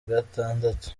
gatandatu